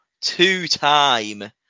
two-time